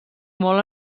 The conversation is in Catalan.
molt